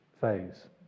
phase